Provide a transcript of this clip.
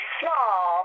small